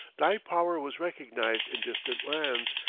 thy power was recognized in distant lands,